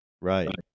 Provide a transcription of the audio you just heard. right